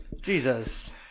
Jesus